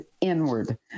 inward